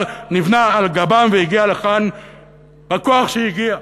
נבנה על גבם והגיע לכאן בכוח שהגיע.